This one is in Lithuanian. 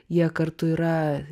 jie kartu yra